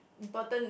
important